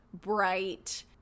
bright